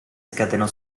scatenò